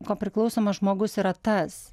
kopriklausomas žmogus yra tas